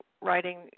writing